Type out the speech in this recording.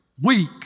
weak